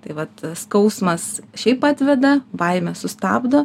tai vat skausmas šiaip atveda baimė sustabdo